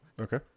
Okay